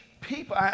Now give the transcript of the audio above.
people